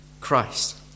Christ